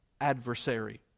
adversary